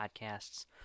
podcasts